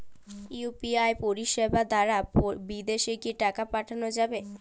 UPI পরিষেবা দারা বিদেশে কি টাকা পাঠানো যাবে?